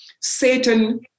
Satan